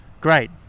Great